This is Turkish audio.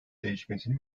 değişmesini